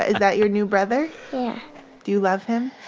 ah that your new brother? yeah do you love him?